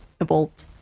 evolved